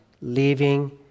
leaving